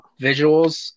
visuals